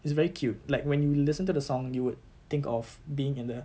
it's very cute like when you listen to the song you would think of being in the